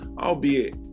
albeit